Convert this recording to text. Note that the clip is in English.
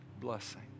blessing